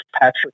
Patrick